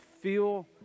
feel